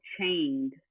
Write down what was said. chained